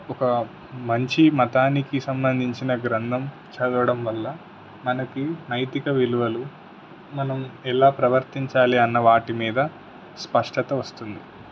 ఒక మంచి మతానికి సంబంధించిన గ్రంథం చదవడం వల్ల మనకి నైతిక విలువలు మనం ఎలా ప్రవర్తించాలి అన్న వాటి మీద స్పష్టత వస్తుంది